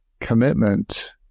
commitment